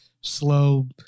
slow